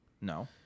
No